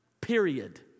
Period